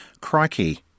Crikey